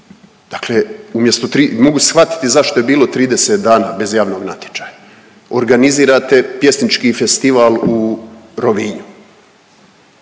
tri, mogu shvatiti zašto je bilo 30 dana bez javnog natječaja. Organizirate pjesnički festival u Rovinju,